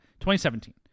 2017